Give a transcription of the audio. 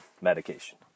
medication